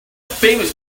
famous